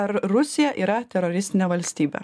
ar rusija yra teroristinė valstybė